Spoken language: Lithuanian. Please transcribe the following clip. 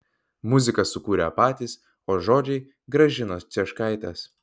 muziką sukūrė patys o žodžiai gražinos cieškaitės